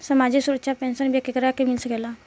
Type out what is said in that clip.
सामाजिक सुरक्षा पेंसन केकरा के मिल सकेला?